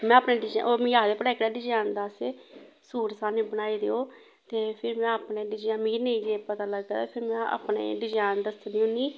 में अपने डजैन ओह् मिगी आखदे भला एहकड़े डिजाइन दा असें सूट सानूं बनाई देओ ते फिर में अपने डजैन मिगी नेईं पता लगदा ते फिर में अपने डिजाइन दस्सनी होन्नी